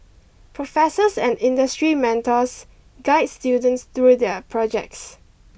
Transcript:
professors and industry mentors guide students through their projects